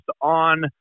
on